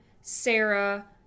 Sarah